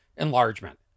Enlargement